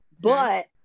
But-